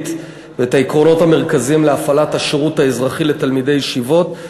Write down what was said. ואת העקרונות המרכזיים להפעלת השירות האזרחי לתלמידי הישיבות,